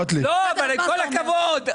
עם כל הכבוד,